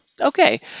okay